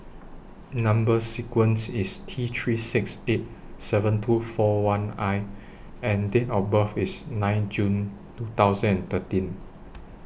Number sequence IS T three six eight seven two four one I and Date of birth IS nine June two thousand and thirteen